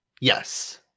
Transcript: Yes